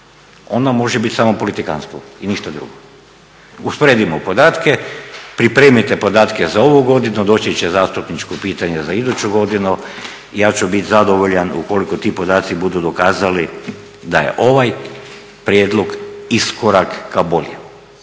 onda može biti samo politikantstvo i ništa drugo. Usporedimo podatke, pripremite podatke za ovu godinu, doći će zastupničko pitanje za iduću godinu, ja ću biti zadovoljan ukoliko ti podaci budu dokazali da je ovaj prijedlog iskorak ka boljem